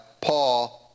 Paul